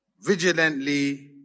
vigilantly